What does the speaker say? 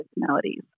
personalities